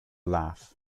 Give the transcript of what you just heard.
laugh